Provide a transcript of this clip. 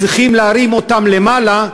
אני לא מכיר גברים שצריכים להרים אותם למעלה,